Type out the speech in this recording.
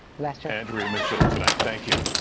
let'ser? andrea mitchell tonight, thank you.